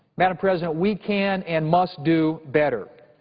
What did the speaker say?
madam president, we can and must do better,